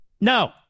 No